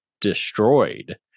destroyed